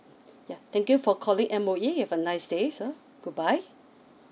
ya thank you for calling M_O_E you have a nice day sir goodbye